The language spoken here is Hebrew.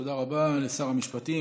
תודה רבה לשר המשפטים.